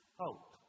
hope